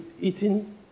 eating